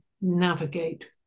navigate